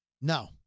No